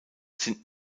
sind